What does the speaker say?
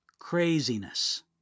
craziness